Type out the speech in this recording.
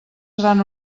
seran